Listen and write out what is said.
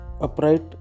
upright